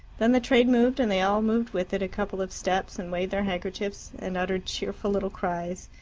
then the train moved, and they all moved with it a couple of steps, and waved their handkerchiefs, and uttered cheerful little cries.